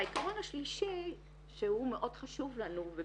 והעיקרון השלישי שהוא מאוד חשוב לנו זה